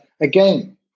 Again